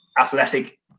athletic